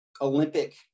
Olympic